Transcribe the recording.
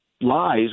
lies